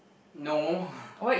no